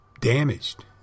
damaged